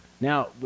Now